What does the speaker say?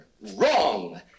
wrong